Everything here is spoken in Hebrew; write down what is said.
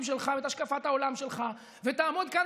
שלך ואת השקפת העולם שלך ותעמוד כאן,